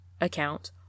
account